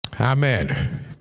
Amen